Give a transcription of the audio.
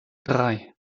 drei